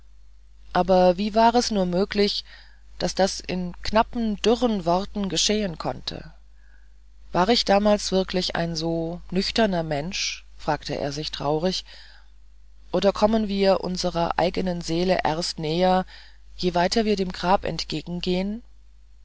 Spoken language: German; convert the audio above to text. aber wie war es nur möglich daß das in knappen dürren worten geschehen konnte war ich damals wirklich ein so nüchterner mensch fragte er sich traurig oder kommen wir unserer eigenen seele erst näher je weiter wir dem grabe entgegengehen